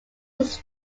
was